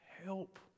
Help